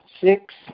Six